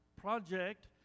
project